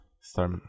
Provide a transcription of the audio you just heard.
start